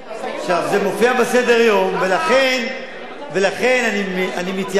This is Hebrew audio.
זה מופיע בסדר-היום ולכן אני מתייחס